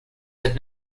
had